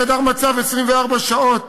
חדר מצב 24 שעות